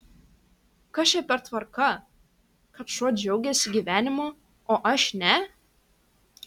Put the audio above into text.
kas čia per tvarka kad šuo džiaugiasi gyvenimu o aš ne